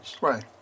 Right